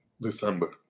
December